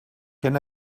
can